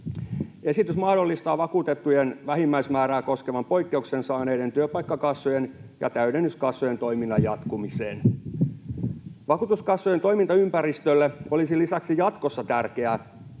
Esitys mahdollistaa vakuutettujen vähimmäismäärää koskevan poikkeuksen saaneiden työpaikkakassojen ja täydennyskassojen toiminnan jatkumisen. Vakuutuskassojen toimintaympäristölle olisi lisäksi jatkossa tärkeää,